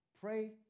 Pray